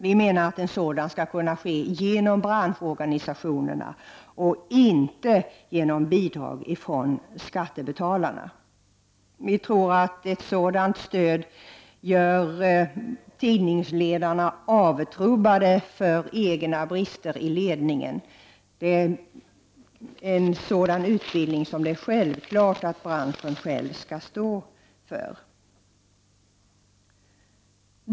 Vi anser att en sådan utbildning skall kunna ske genom branschorganisationerna och inte med hjälp av bidrag från skattebetalarna. Vi tror att ett sådant stöd skulle göra tidningsledarna avtrubbade för egna brister i ledningen. Självklart skall branschen själv stå för sådan utbildning.